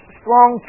strong